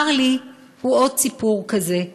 מרלי הוא עוד סיפור כזה.